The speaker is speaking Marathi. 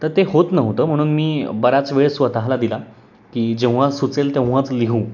तर ते होत नव्हतं म्हणून मी बराच वेळ स्वतःला दिला की जेव्हा सुचेल तेव्हाच लिहू